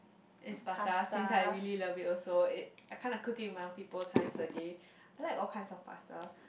is pasta since I really love it also it I kinda cook it multiple times a day I like all kinds of pasta